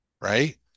right